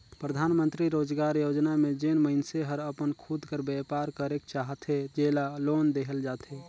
परधानमंतरी रोजगार योजना में जेन मइनसे हर अपन खुद कर बयपार करेक चाहथे जेला लोन देहल जाथे